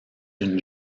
une